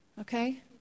Okay